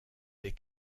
des